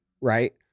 right